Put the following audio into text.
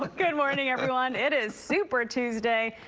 but good morning, everyone. it is super tuesday,